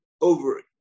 over